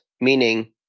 Meaning